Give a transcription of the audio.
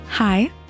Hi